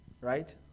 right